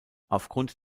aufgrund